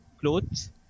clothes